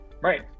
right